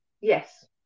yes